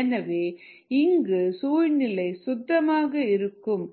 எனவே இங்கு சூழ்நிலை சுத்தமாக இருக்கும்